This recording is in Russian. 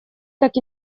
так